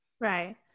Right